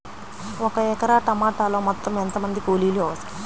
ఒక ఎకరా టమాటలో మొత్తం ఎంత మంది కూలీలు అవసరం?